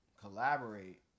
collaborate